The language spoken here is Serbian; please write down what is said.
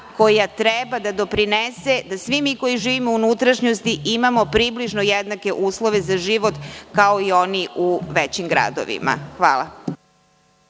koja treba da doprinese da svi mi koji živimo u unutrašnjosti imamo približno jednake uslove za život kao i oni u većim gradovima. Hvala.